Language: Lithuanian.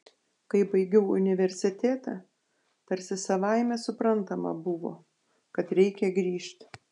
kai baigiau universitetą tarsi savaime suprantama buvo kad reikia grįžt